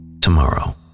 tomorrow